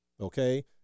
Okay